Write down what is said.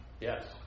Yes